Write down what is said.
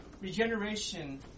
Regeneration